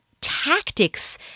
tactics